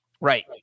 Right